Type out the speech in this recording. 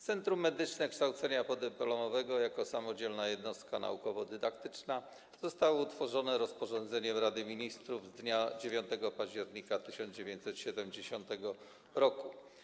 Centrum Medyczne Kształcenia Podyplomowego jako samodzielna jednostka naukowo-dydaktyczna zostało utworzone rozporządzeniem Rady Ministrów z dnia 9 października 1970 r.